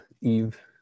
Eve